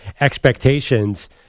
expectations